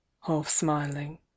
half-smiling